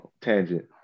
tangent